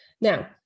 Now